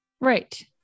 right